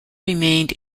remained